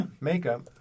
Makeup